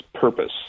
purpose